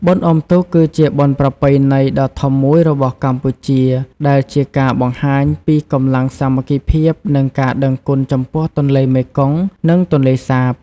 បុណ្យអុំទូក គឺជាបុណ្យប្រពៃណីដ៏ធំមួយរបស់កម្ពុជា ដែលជាការបង្ហាញពីកម្លាំងសាមគ្គីភាព និងការដឹងគុណចំពោះទន្លេមេគង្គ និងទន្លេសាប។